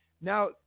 now